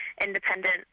independent